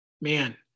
man